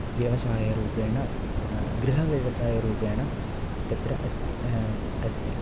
व्यवसायरूपेण गृहव्यवसायरूपेण तत्र अस् अस्ति